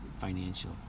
Financial